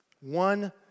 One